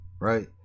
right